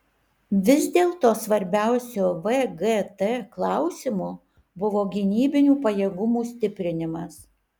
vis dėlto svarbiausiu vgt klausimu buvo gynybinių pajėgumų stiprinimas